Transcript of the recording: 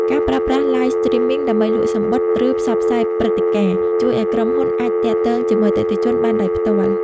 ការប្រើប្រាស់ "Live Streaming" ដើម្បីលក់សំបុត្រ ឬផ្សព្វផ្សាយព្រឹត្តិការណ៍ ជួយឱ្យក្រុមហ៊ុនអាចទាក់ទងជាមួយអតិថិជនបានដោយផ្ទាល់។